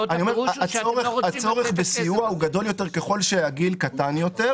לא, ברור שזה יהיה בהוראת קבע.